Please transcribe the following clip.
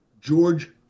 george